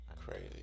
Crazy